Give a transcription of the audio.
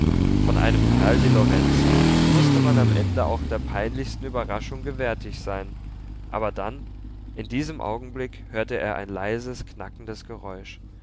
von einem kerl wie lorenzi mußte man am ende auch der peinlichsten überraschung gewärtig sein aber dann in diesem augenblick hörte er ein leises knackendes geräusch